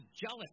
jealous